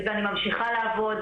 ואני ממשיכה לעבוד,